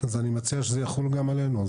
אז אני מציע שזה יחול גם עלינו.